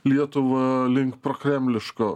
lietuvą link prokremliško